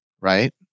right